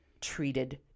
treated